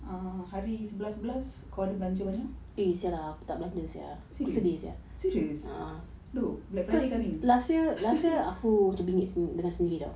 ah hari sebelas sebelas kau ada belanja banyak serious serious dok black friday coming